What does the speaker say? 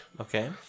Okay